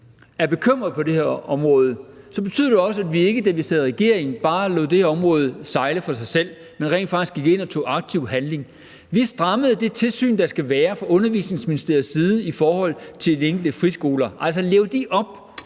er bekymret på det her område, betyder det også, at vi ikke, da vi sad i regering, bare lod det her område sejle sin egen sø, men rent faktisk gik ind og tog aktiv handling. Vi strammede det tilsyn, der skal være, fra Undervisningsministeriets side i forhold til de enkelte friskoler, altså med hensyn